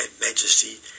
majesty